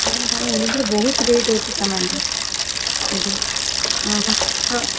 ଏବେ ବହୁତ ରେଟ୍ ଅଛି ତା ମାନେ ଏଠି ହଁ ହଁ ହଁ